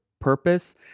purpose